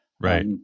Right